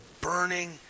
burning